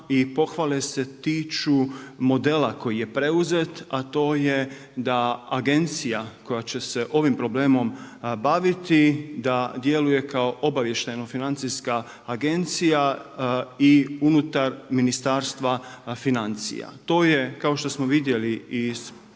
i pohvale se tiču modela koji je preuzet a to je da agencija koja će se ovim problemom baviti, da djeluje kao obavještajno financija agencija i unutar Ministarstva financija. To je kao što smo vidjeli iz